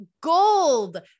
gold